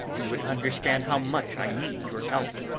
you would understand how much i need your help.